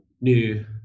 new